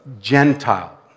Gentile